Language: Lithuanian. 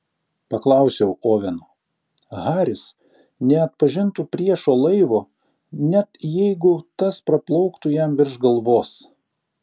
paklausiau oveno haris neatpažintų priešo laivo net jeigu tas praplauktų jam virš galvos